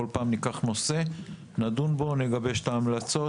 כל פעם ניקח נושא, נדון בו, נגבש את ההמלצות